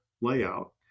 layout